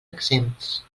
exempts